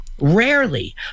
Rarely